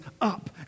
up